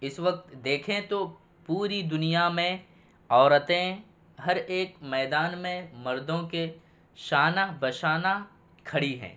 اس وقت دیکھیں تو پوری دنیا میں عورتیں ہر ایک میدان میں مردوں کے شانہ بہ شانہ کھڑی ہیں